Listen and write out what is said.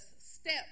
step